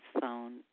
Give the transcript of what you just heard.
phone